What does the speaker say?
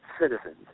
citizens